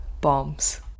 Bombs